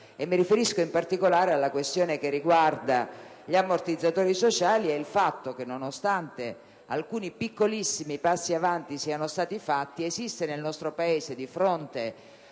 Mi riferisco, in particolare, alla questione che riguarda gli ammortizzatori sociali e al fatto che, nonostante alcuni piccolissimi passi avanti siano stati fatti, esistono nel nostro Paese, di fronte